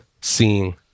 seeing